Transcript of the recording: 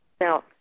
Now